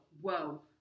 whoa